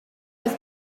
was